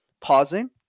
Pausing